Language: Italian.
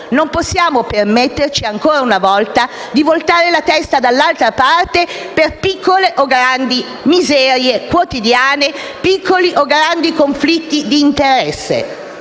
Non possiamo permetterci, ancora una volta, di voltare la testa dall'altra parte per piccole o grandi miserie quotidiane o per piccoli o grandi conflitti d'interesse.